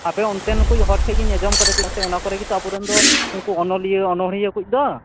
ᱟᱯᱮ ᱚᱱᱛᱮᱱᱠᱚᱭᱡ ᱦᱚᱲ ᱴᱷᱮᱱ ᱜᱮᱧ ᱟᱡᱚᱢ ᱠᱟᱫᱟ ᱪᱮᱫᱟᱜᱥᱮ ᱚᱱᱟᱠᱚᱨᱮᱜᱮ ᱛᱚ ᱟᱵᱚᱨᱤᱱ ᱫᱚ ᱩᱱᱠᱩ ᱚᱱᱚᱞᱤᱭᱟᱹ ᱚᱱᱚᱲᱦᱤᱭᱟ ᱠᱚᱭᱤᱡ ᱫᱚ